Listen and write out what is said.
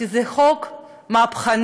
כי זה חוק מהפכני,